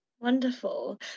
Wonderful